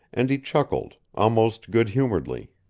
and he chuckled almost good humoredly.